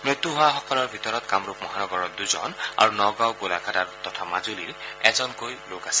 মৃত্যু হোৱাসকলৰ ভিতৰত কামৰূপ মহানগৰৰ দুজন আৰু নগাঁও গোলাঘাট তথা মাজুলীৰ এজনকৈ লোক আছে